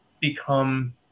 become